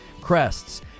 Crests